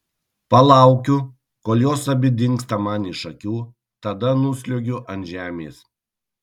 palaukiu kol jos abi dingsta man iš akių tada nusliuogiu ant žemės